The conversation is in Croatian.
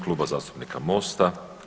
Kluba zastupnika MOST-a.